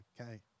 okay